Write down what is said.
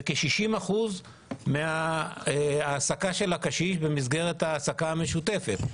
בכ-60% מההעסקה של הקשיש במסגרת ההעסקה המשותפת.